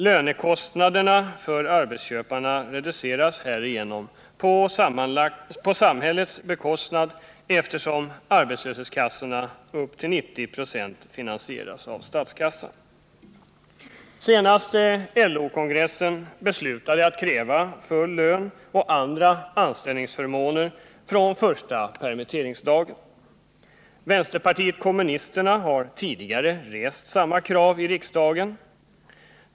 Lönekostnaderna för arbetsköparna reduceras härigenom på samhällets bekostnad, eftersom arbetslöshetskassorna upp till 90 96 finansieras av statskassan. Senaste LO-kongressen beslutade att kräva full lön och andra anställningsförmåner från första permitteringsdagen. Vänsterpartiet kommunisterna har tidigare rest samma krav i riksdagen.